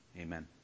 Amen